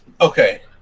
okay